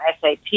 SAP